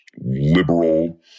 liberal